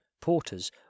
porters